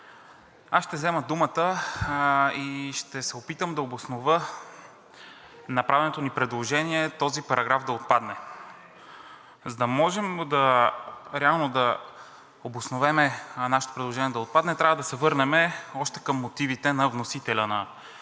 аз ще взема думата и ще се опитам да обоснова направеното ни предложение този параграф да отпадне. За да можем реално да обосновем нашето предложение за отпадане, трябва да се върнем още към мотивите на вносителя на това